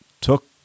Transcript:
took